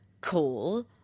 call